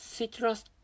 Citrus